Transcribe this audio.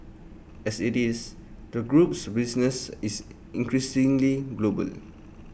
as IT is the group's business is increasingly global